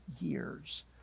years